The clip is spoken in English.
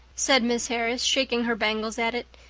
said miss harris, shaking her bangles at it.